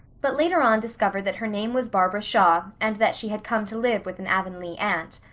but later on discovered that her name was barbara shaw and that she had come to live with an avonlea aunt.